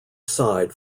side